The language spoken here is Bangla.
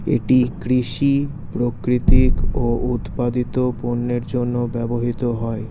এটি কৃষি প্রাকৃতিক ও উৎপাদিত পণ্যের জন্য ব্যবহৃত হয়